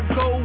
go